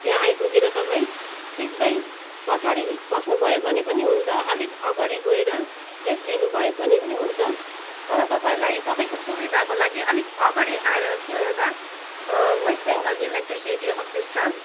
त्यहाँ आइपुगेर तपाईँ सिधै पछाडि पस्नुभयो भने पनि हुन्छ अलिक अगाडि गएर लेफ्ट लिनुभयो भने पनि हुन्छ तर तपाईँलाई तपाईँको सुविधाको लागि अलिक अगाडि आएर त्यो एउटा वेस्ट बेङ्गाल इलेक्ट्रिसिटी अफिस छ